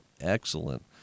excellent